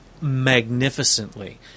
Magnificently